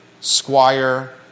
Squire